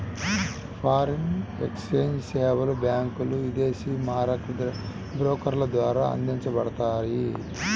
foreign exchange సేవలు బ్యాంకులు, విదేశీ మారకపు బ్రోకర్ల ద్వారా అందించబడతాయి